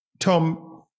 Tom